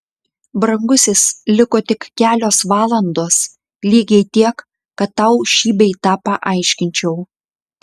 brangusis liko tik kelios valandos lygiai tiek kad tau šį bei tą paaiškinčiau